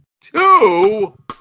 Two